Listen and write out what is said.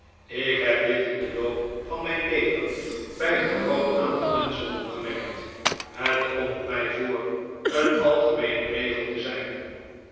ik neb dit in den loop van mijn leven bij een groot aantal menschen opgemerkt het komt mij voor een algemeene regel te zijn